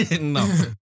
No